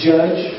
Judge